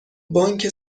بانک